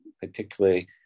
particularly